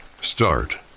start